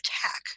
attack